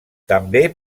també